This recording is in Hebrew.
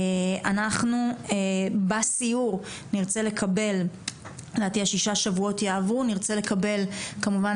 אנחנו בסיור נרצה - לדעתי השישה שבועות יעברו - לקבל כמובן